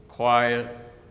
quiet